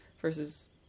versus